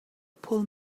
pull